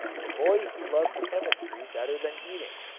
the boy who loved chemistry better than eating,